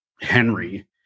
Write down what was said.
Henry